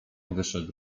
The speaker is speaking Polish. wyszedł